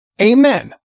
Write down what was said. Amen